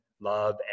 love